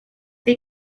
they